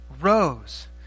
rose